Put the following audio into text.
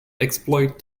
exploit